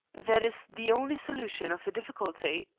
that is the only solution of the difficulty.